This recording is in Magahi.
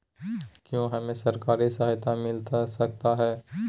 क्या हमे सरकारी सहायता मिलता सकता है?